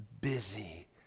busy